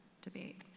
debate